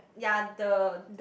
ya the